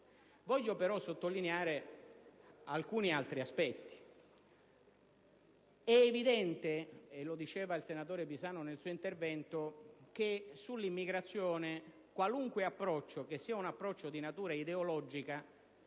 Voglio però sottolineare alcuni altri aspetti. È evidente, come diceva il senatore Pisanu nel suo intervento, che sull'immigrazione qualunque approccio che sia di natura ideologica